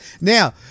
Now